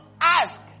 ask